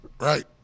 right